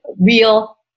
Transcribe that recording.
real